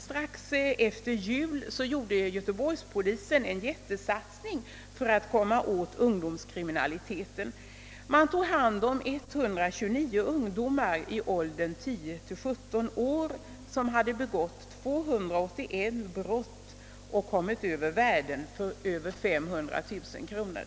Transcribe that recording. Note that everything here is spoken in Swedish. Strax efter jul gjorde Göteborgspolisen en jättesatsning för att komma åt ungdomskriminaliteten. Man tog hand om 129 ungdomar i åldern 10—17 år vilka begått 281 brott och kommit över värden för mer än 500000 kronor.